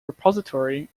repository